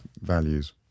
values